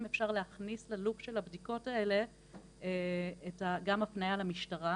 ניתן להכניס ללופ של הבדיקות האלה גם הפניה למשטרה,